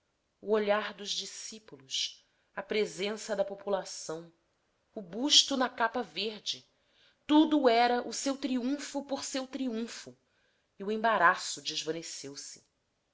o olhar dos discípulos a presença da população o busto na capa verde tudo era o seu triunfo por seu triunfo e o embaraço